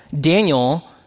Daniel